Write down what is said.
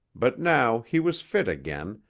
but now he was fit again,